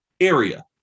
area